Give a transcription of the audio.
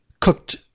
cooked